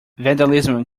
vandalism